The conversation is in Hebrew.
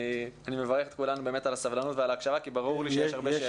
אני מברך את כולנו על הסבלנות ועל ההקשבה כי ברור לי שיש הרבה שאלות.